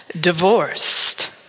divorced